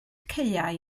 caeau